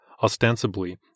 Ostensibly